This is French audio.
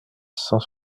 cent